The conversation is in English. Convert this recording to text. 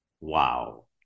wow